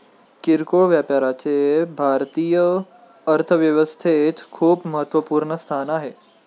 किरकोळ व्यापाराचे भारतीय अर्थव्यवस्थेत खूप महत्वपूर्ण स्थान आहे